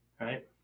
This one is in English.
right